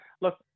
look